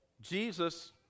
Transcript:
Jesus